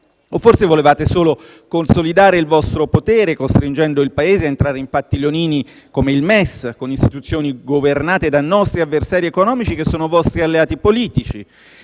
O forse volevate solo consolidare il vostro potere, costringendo il Paese a entrare in patti leonini, come il MES, con istituzioni governate da nostri avversari economici che sono vostri alleati politici?